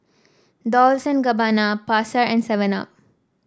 Dolce and Gabbana Pasar and Seven Up